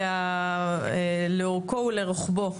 לאורכו ולרוחבו,